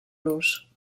los